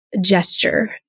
gesture